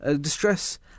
distress